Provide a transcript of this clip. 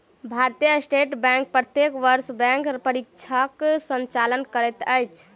भारतीय state bank प्रत्येक वर्ष बैंक परीक्षाक संचालन करैत अछि